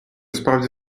справді